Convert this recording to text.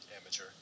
Amateur